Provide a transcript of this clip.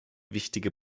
wichtige